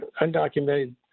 undocumented